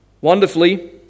Wonderfully